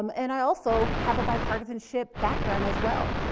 um and i also have a bipartisanship background, as well.